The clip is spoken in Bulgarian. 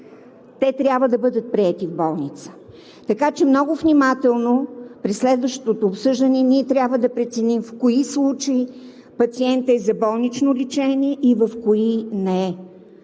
те трябва да бъдат приети в болница, така че много внимателно при следващото обсъждане ние трябва да преценим в кои случаи пациентът е за болнично лечение и в кои не е.